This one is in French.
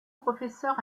professeur